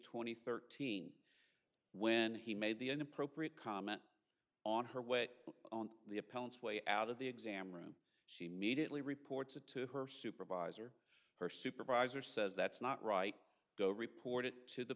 and thirteen when he made the inappropriate comment on her weight on the appellant's way out of the exam room she mediately reports it to her supervisor her supervisor says that's not right go report it to the